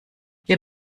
wir